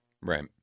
Right